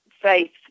faith